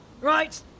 Right